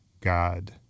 God